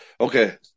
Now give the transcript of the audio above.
Okay